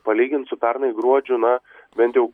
palygint su pernai gruodžiu na bent jau